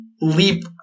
leap